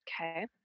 Okay